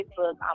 Facebook